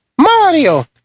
Mario